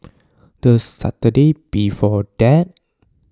the Saturday before that